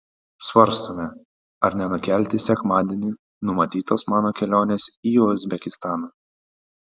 svarstome ar nenukelti sekmadienį numatytos mano kelionės į uzbekistaną